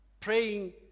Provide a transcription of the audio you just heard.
Praying